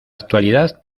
actualidad